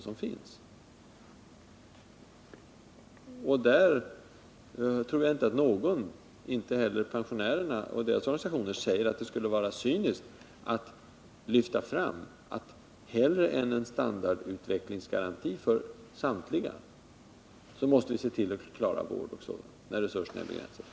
Härvidlag tror jag inte att någon, inte heller pensionärerna och deras organisationer, säger att det skulle vara cyniskt att hellre än att genomföra en standardutvecklingsgaranti för alla se till att klara vård m.m., eftersom resurserna ändå är begränsade.